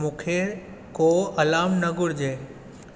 मूंखे को अलार्म न घुर्जे